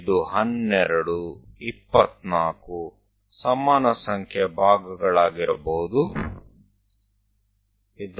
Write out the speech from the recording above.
તે 12 24 સમાન ભાગો હોઈ શકે છે